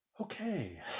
Okay